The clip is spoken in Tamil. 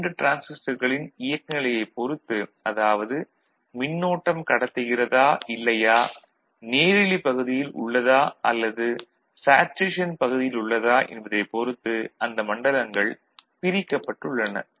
இரண்டு டிரான்சிஸ்டர்களின் இயக்க நிலையைப் பொறுத்து அதாவது மின்னோட்டம் கடத்துகிறதா இல்லையா நேரிலி பகுதியில் உள்ளதா அல்லது சேச்சுரேஷன் பகுதியில் உள்ளதா என்பதை பொறுத்து அந்த மண்டலங்கள் பிரிக்கப்பட்டுள்ளன